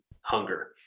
hunger